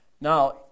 Now